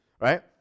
right